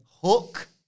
Hook